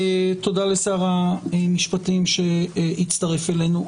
תודה לשר המשפטים שהצטרף אלינו.